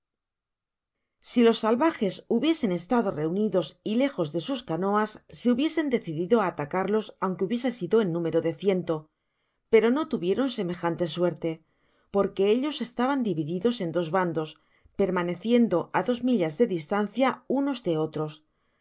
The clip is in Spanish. vsi los salvajes hubiesen estado reunidos y lejos de sus eanoas se hubiesen decidido á atacarlos aunque hubiese sido en número de ciento pero no tuvieron semejante suerte porque ellos estaban divjdos en dos bandos per maneciendo á dos millas de distancia unos de otros